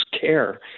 care